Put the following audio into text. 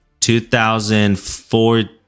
2014